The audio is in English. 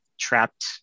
trapped